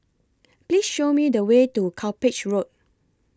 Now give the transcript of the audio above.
Please Show Me The Way to Cuppage Road